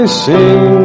sing